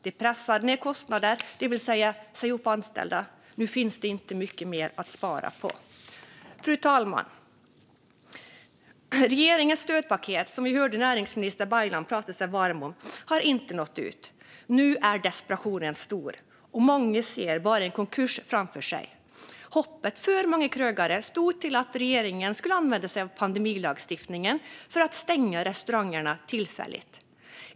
De pressar ned kostnader, det vill säga säger upp anställda. Nu finns det inte mycket mer att spara på. Fru talman! Regeringens stödpaket, som vi hörde näringsminister Baylan prata sig varm för, har inte nått ut. Nu är desperationen stor. Många ser bara en konkurs framför sig. Hoppet för många krögare stod till att regeringen skulle använda sig av pandemilagstiftningen för att stänga restaurangerna tillfälligt.